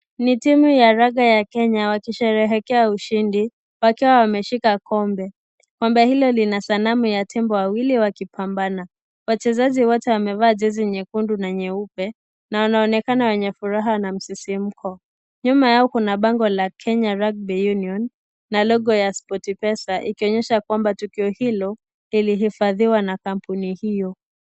Ni timu ya raga ya Kenya wakisherekea ushindi wakiwa wameshika kombe. Kombe hilo lina sanamu ya tembo wawili wakipambana. Wachezaji wote wamevaa jeasy nyekundu na nyeupe na wanaonekana wenye furaha na mzizimuko. Nyuma yao kuna pango la Kenya Rugby Union na logo ya SportPesa. Likionyesha kwamba tukio hilo lilihifadhiwa na kampuni hiyo.